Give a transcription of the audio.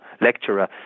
lecturer